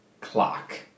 clock